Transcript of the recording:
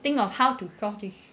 think of how to solve this